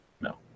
No